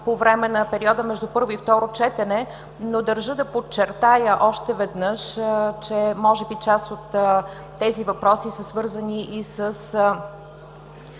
по време на периода между първо и второ четене. Но държа да подчертая още веднъж, че може би част от тези въпроси са свързани и с